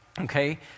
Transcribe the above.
okay